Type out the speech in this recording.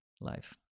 life